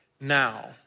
now